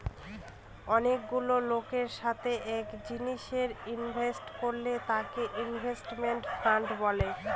অনেকগুলা লোকের সাথে এক জিনিসে ইনভেস্ট করলে তাকে ইনভেস্টমেন্ট ফান্ড বলে